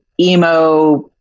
emo